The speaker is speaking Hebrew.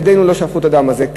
ידינו לא שפכו את הדם הזה?